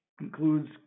includes